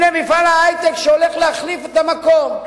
הנה, מפעל ההיי-טק שהולך להחליף את המקום.